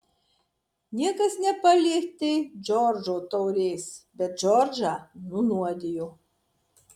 niekas nepalietė džordžo taurės bet džordžą nunuodijo